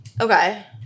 Okay